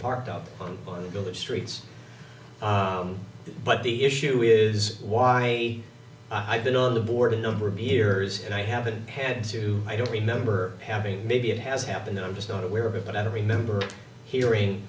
parked up on the bill or streets but the issue is why i've been on the board a number of years and i haven't had to i don't remember having maybe it has happened i'm just not aware of it but i don't remember hearing